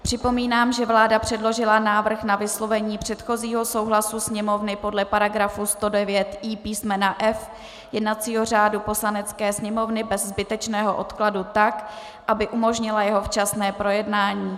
Připomínám, že vláda předložila návrh na vyslovení předchozího souhlasu Sněmovny podle § 109i písmena f) jednacího řádu Poslanecké sněmovny bez zbytečného odkladu tak, aby umožnila jeho včasné projednání.